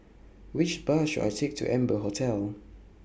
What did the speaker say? Which Bus should I Take to Amber Hotel